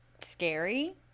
scary